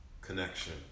connection